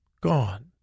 gone